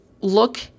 look